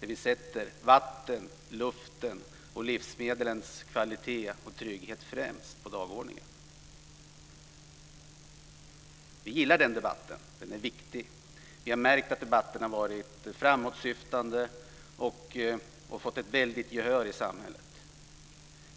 Vi sätter bra kvalitet på vatten, luft och livsmedel och livsmedelstrygghet främst på dagordningen. Vi gillar den debatten. Den är viktig. Vi har märkt att debatten har varit framåtsyftande och har fått ett väldigt gehör i samhället.